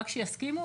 רק שיסכימו,